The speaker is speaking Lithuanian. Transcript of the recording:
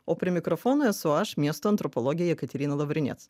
o prie mikrofono esu aš miesto antropologė jekaterina lavriniec